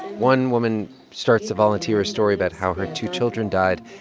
one woman starts to volunteer a story about how her two children died,